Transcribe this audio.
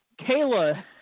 Kayla